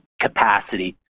capacity